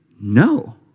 No